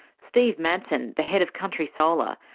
steve madson, the head of country solar,